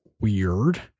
weird